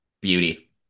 beauty